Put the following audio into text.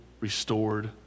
restored